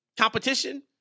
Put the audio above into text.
competition